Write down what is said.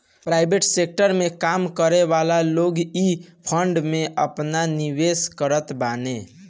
private sector में काम करेवाला लोग इ फंड में आपन निवेश करत बाने